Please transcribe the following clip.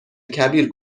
کبیر